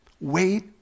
Wait